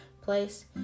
place